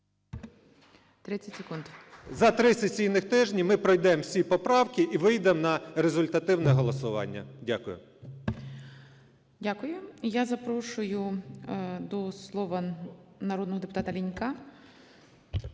За три сесійні тижні ми пройдемо всі поправки і вийдемо на результативне голосування. Дякую. ГОЛОВУЮЧИЙ. Дякую. Я запрошую до слова народного депутата Лінька.